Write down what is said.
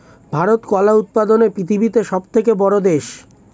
ভারত কলা উৎপাদনে পৃথিবীতে সবথেকে বড়ো দেশ